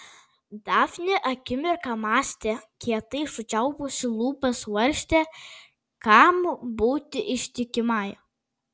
dafnė akimirką mąstė kietai sučiaupusi lūpas svarstė kam būti ištikimai